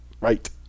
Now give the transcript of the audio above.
right